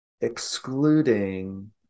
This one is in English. excluding